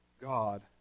God